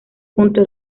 punto